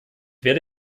werde